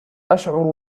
أشعر